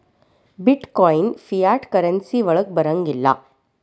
ಬಿಟ್ coin fiat currency ವಳಗ್ ಬರಂಗಿಲ್ಲಾ